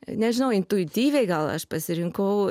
nežinau intuityviai gal aš pasirinkau